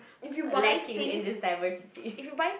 lacking in this diversity